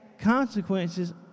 consequences